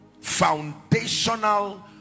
foundational